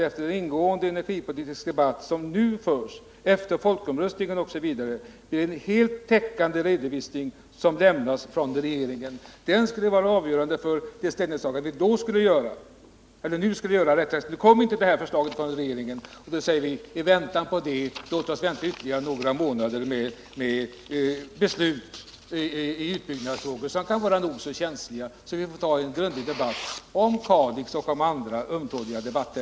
Efter den ingående energipolitiska debatt som förts, t.ex. efter folkomröstningen, väntade vi en fullständig redovisning från regeringens sida. Denna redovisning skulle vara avgörande för den ställning som vi skulle ta. Nu kom det inte något förslag från regeringen och därför säger vi: Låt oss i avvaktan på detta förslag vänta ytterligare några månader med beslut i utbyggnadsfrågor, som kan vara nog så känsliga, så att vi kan ta en grundlig debatt om Kalix och om andra ömtåliga frågor.